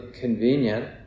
convenient